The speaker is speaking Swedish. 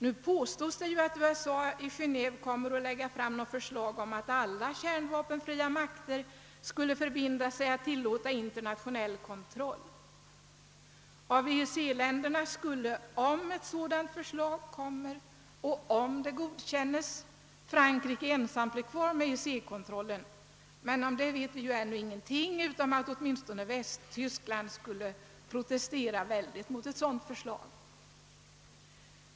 Nu påstås det att USA i Geneve kommer att lägga fram förslag om att alla kärnvapenfria makter skulle förbinda sig att tillåta internationell kontroll. Av EEC-länderna skulle, om ett sådant förslag lades fram och om det godkändes, Frankrike ensamt ha kvar EEC-kontrollen. Men härom vet vi ännu ingenting, utom att åtminstone Västtyskland skulle kraftigt protestera mot ett sådant förslag.